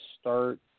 start